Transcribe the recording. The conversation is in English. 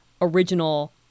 original